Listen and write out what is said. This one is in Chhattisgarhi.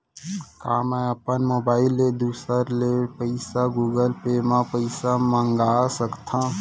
का मैं अपन मोबाइल ले दूसर ले पइसा गूगल पे म पइसा मंगा सकथव?